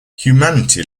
humanity